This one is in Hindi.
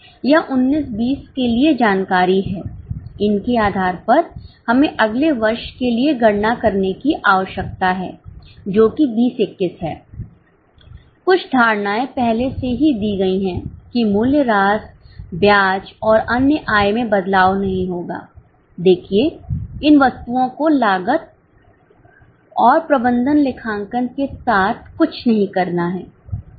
यह 19 20 के लिए जानकारी है इनके आधार पर हमें अगले वर्ष के लिए गणना करने की आवश्यकता है जो कि 20 21 है कुछ धारणाएं पहले से ही दी गई हैं कि मूल्यह्रास ब्याज और अन्य आय में बदलाव नहीं होगा देखिए इन वस्तुओं को लागत और प्रबंधन लेखांकन के साथ कुछ नहीं करना है